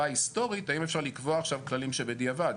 היסטורית אפשר לקבוע עכשיו כללים שבדיעבד,